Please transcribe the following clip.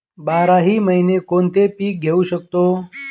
बाराही महिने कोणते पीक घेवू शकतो?